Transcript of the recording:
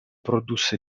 produsse